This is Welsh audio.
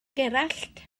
gerallt